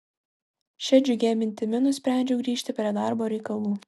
šia džiugia mintimi nusprendžiau grįžti prie darbo reikalų